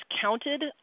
counted